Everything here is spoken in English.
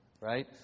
Right